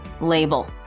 label